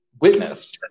witness